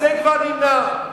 אז זה כבר נמנע.